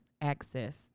access